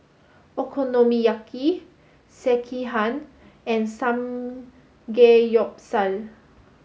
Okonomiyaki Sekihan and Samgeyopsal